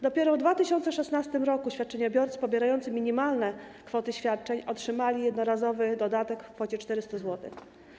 Dopiero w 2016 r. świadczeniobiorcy pobierający minimalne kwoty świadczeń otrzymali jednorazowy dodatek w kwocie 400 zł.